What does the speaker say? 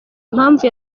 mpamvu